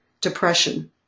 depression